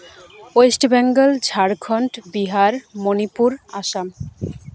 West Bengal Jharkhand Bihar Manipur Assam